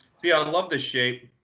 see, i would love to shake